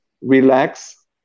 relax